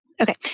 Okay